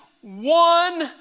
one